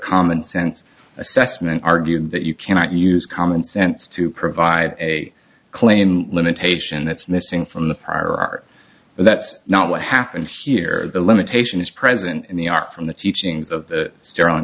common sense assessment argue that you cannot use common sense to provide a claim limitation it's missing from the prior art but that's not what happened here the limitation is present in the art from the teachings of the stron